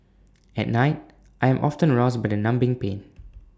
at night I am often roused by the numbing pain